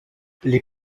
les